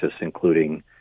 including